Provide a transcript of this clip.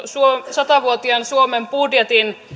satavuotiaan suomen budjetin